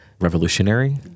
revolutionary